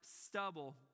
Stubble